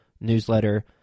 newsletter